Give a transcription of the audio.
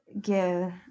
give